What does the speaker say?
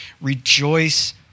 rejoice